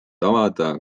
avada